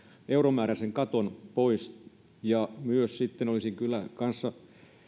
euromääräisen katon pois ja sitten olisin kyllä kanssa